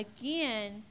Again